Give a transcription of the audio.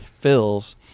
fills